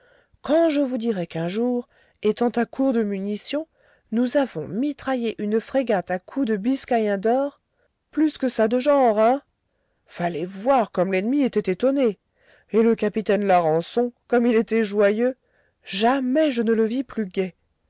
quand je vous dirai qu'un jour étant à court de munitions nous avons mitraillé une frégate à coups de biscayens d'or plus que ça de genre hein fallait voir comme l'ennemi était étonné et le capitaine larençon comme il était joyeux jamais je ne le vis plus gai